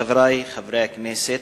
חברי חברי הכנסת,